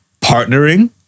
partnering